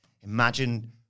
Imagine